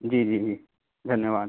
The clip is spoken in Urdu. جی جی جی دھنیہ واد